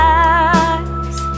eyes